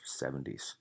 70s